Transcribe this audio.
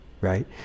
Right